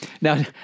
Now